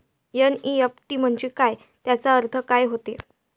NEFT म्हंजे काय, त्याचा अर्थ काय होते?